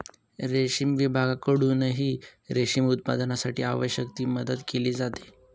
रेशीम विभागाकडूनही रेशीम उत्पादनासाठी आवश्यक ती मदत केली जाते